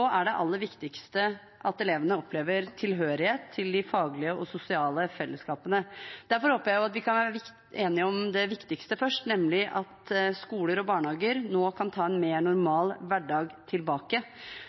er det aller viktigste at elevene opplever tilhørighet til de faglige og sosiale fellesskapene. Derfor håper jeg at vi kan være enige om det viktigste først, nemlig at skoler og barnehager nå kan ta en mer